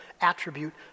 attribute